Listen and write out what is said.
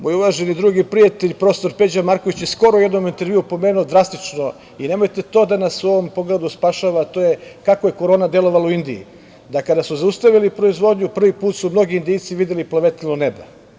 Moj uvaženi drug i prijatelj prof. Peđa Marković je skoro u jednom intervjuu pomenuo drastično i nemojte to da nas u ovom pogledu spašava, a to je – kako je Korona delovala u Indiji, da kada su zaustavili proizvodnju, prvi put su mnogi Indijci videli plavetnilo neba.